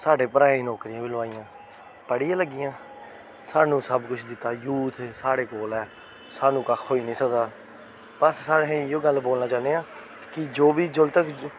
साढ़े भ्राएं दियां नौकरियां बी लोआइयां पढ़ियै लग्गियां सानू सब कुछ दित्ता यूथ साढ़े कोल ऐ सानू कक्ख होई नी सकदा बस अस इ'यो गल्ल बोलना चाह्न्ने आं कि जो बी जोल्ले तक